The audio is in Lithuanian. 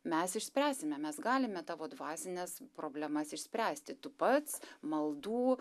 mes išspręsime mes galime tavo dvasines problemas išspręsti tu pats maldų